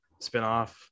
spinoff